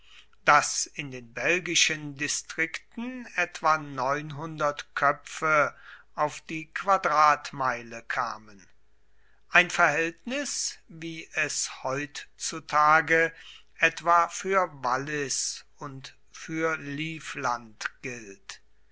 daß in den belgischen distrikten etwa köpfe auf die quadratmeile kamen ein verhältnis wie es heutzutage etwa für wallis und für livland gilt